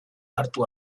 hartu